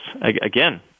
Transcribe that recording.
Again